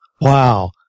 Wow